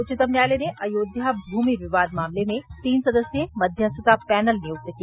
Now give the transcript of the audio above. उच्चतम न्यायालय ने अयोध्या भूमि विवाद मामले में तीन सदस्यीय मध्यस्थता पैनल नियुक्त किया